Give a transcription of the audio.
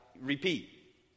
repeat